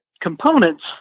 components